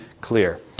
clear